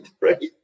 right